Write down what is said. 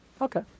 Okay